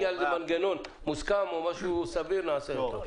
לאיזה מנגנון מוסכם וסביר נצרף אותו.